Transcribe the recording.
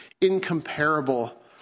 incomparable